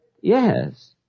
Yes